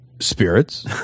spirits